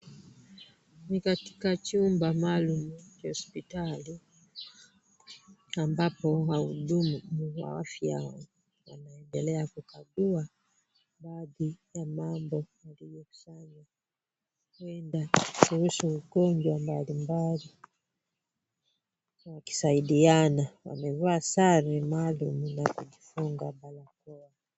Ni katika chumba maalum cha hosptali, ambapo wahudumu wa afya wanaendelea kukagua baadhi ya mambo waliokusanya, huenda kuhusu ugonjwa mbalimbali wakisaidiana. Wamevaa sare maalum na kujifunga barakoa.